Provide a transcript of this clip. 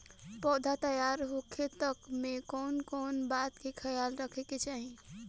पौधा तैयार होखे तक मे कउन कउन बात के ख्याल रखे के चाही?